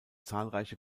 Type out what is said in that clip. zahlreiche